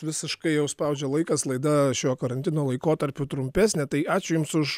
visiškai jau spaudžia laikas laida šiuo karantino laikotarpiu trumpesnė tai ačiū jums už